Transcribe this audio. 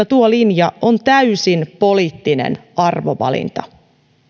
tuo linja on täysin poliittinen arvovalinta